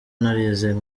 narize